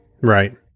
Right